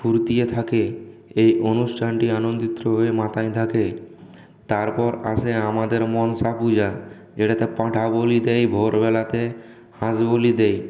ফুর্তি থাকে এই অনুষ্ঠানটি আনন্দিত হয়ে মাতায়ে থাকে তারপর আসে আমাদের মনসা পূজা এটাতে পাঁঠা বলি দেয় ভোরবেলাতে হাঁস বলি দেয়